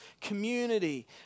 community